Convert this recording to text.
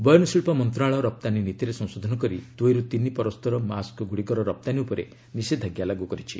ବୟନଶିଳ୍ପ ମନ୍ତ୍ରଣାଳୟ ରପ୍ତାନୀ ନୀତିରେ ସଂଶୋଧନ କରି ଦ୍ରଇର୍ ତିନି ପରସ୍ତର ମାସ୍କଗ୍ରଡ଼ିକର ରପ୍ତାନୀ ଉପରେ ନିଷୋଧାଜ୍ଞା ଲାଗୁ କରିଛି